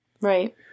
Right